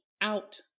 out